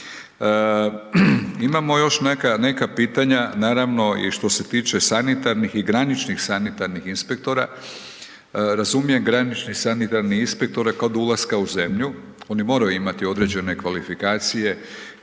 Imamo još neka pitanja, naravno i što se tiče sanitarnih i graničnih sanitarnih inspektora, razumijem granični sanitarni inspektori kod ulaska oni moraju imati određene kvalifikacije